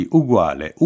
uguale